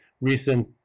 recent